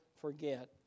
forget